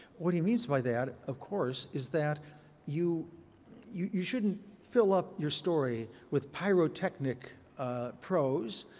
what he means by that, of course is that you you shouldn't fill up your story with pyrotechnic prose.